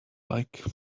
like